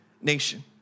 nation